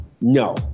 No